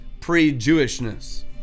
pre-Jewishness